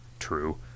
True